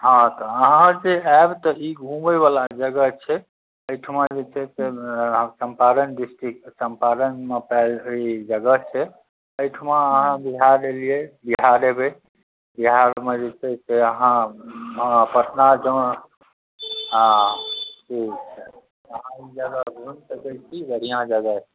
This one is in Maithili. हँ तऽ अहाँ जे आबि तऽ ई घूमैवला जगह छै एहिठमा जे छै से चम्पारण डिस्ट्रिक्ट चम्पारणमे पाओल ई जगह छै एहिठमा अहाँ बिहार अयलियै बिहार एबै बिहारमे जे छै अहाँ पटना जँऽ हँ ठीक छै अहाँ ई जगह घूम सकै छी बढ़िआँ जगह छै